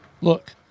look